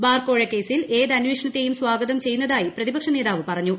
ബാർക്കോഴക്കേസിൽ ഏതന്വേഷണ ത്തെയും സ്വാഗതം ചെയ്യുന്നതായി പ്രതിപക്ഷനേതാവ് പറഞ്ഞു